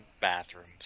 bathrooms